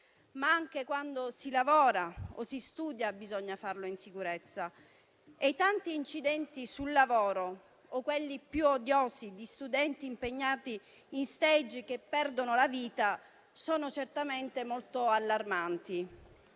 ma anche quando si lavora o si studia bisogna farlo in sicurezza e i tanti incidenti sul lavoro o quelli più odiosi di studenti impegnati in *stage* che perdono la vita sono certamente molto allarmanti.